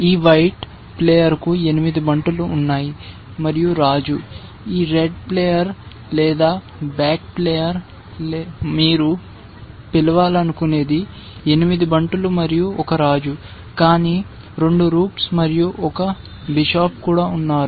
ఈ వైట్ ప్లేయర్కు 8 బంటులు ఉన్నాయి మరియు రాజు ఈ రెడ్ ప్లేయర్ లేదా బ్లాక్ ప్లేయర్ మీరు పిలవాలనుకునేది 8 బంటులు మరియు ఒక రాజు కానీ 2 రూక్స్ మరియు ఒక బిషప్ కూడా ఉన్నారు